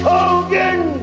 Hogan